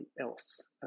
else